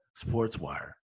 Sportswire